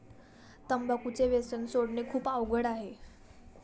तंबाखूचे व्यसन सोडणे खूप अवघड आहे